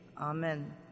Amen